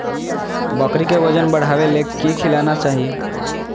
बकरी के वजन बढ़ावे ले की खिलाना चाही?